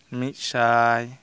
ᱢᱤᱫ ᱥᱟᱭ